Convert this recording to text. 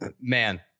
man